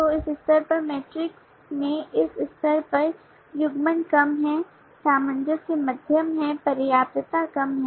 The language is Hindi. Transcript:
तो इस स्तर पर मैट्रिक्स में इस स्तर पर युग्मन कम है सामंजस्य मध्यम है पर्याप्तता कम है